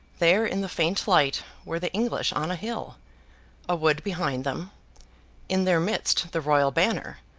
there, in the faint light, were the english on a hill a wood behind them in their midst, the royal banner,